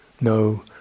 no